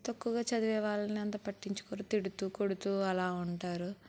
తక్కువగా చదివే వాళ్ళని అంత పట్టించుకోరు తిడుతూ కొడుతూ అలా ఉంటారు